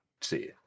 see